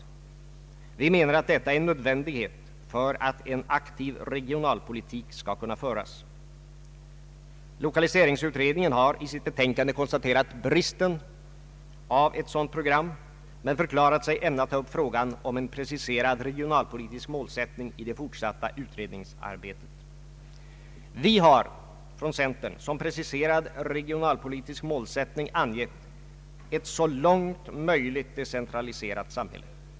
Vi menar att detta är en nödvändighet för att en aktiv regionalpolitik skall kunna föras. Lokaliseringsutredningen har i sitt betänkande konstaterat bristen av ett sådant program men förklarat sig ämna ta upp frågan om en preciserad regionalpolitisk målsättning i det fortsatta utredningsarbetet. Vi har från centern som preciserad regionalpolitisk målsättning angett ett så långt möjligt decentraliserat samhälle.